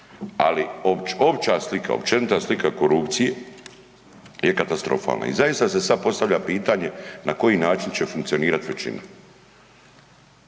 Ali opća slika, općenita slika korupcije je katastrofalna. I zaista se sad postavlja pitanje na koji način će funkcionirati većina.